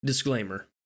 Disclaimer